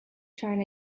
trying